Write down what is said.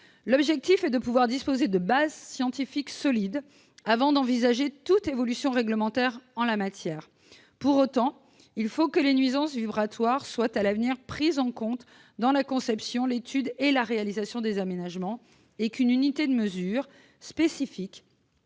L'objectif est de pouvoir disposer de bases scientifiques solides, avant d'envisager toute évolution réglementaire en la matière. Pour autant, il faut que les nuisances vibratoires soient à l'avenir prises en compte dans la conception, l'étude et la réalisation des aménagements et qu'une unité de mesure spécifique